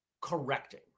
correcting